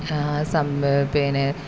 some പിന്നെ